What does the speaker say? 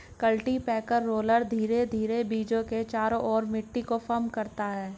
cultipacker roller धीरे धीरे बीजों के चारों ओर मिट्टी को फर्म करता है